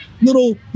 little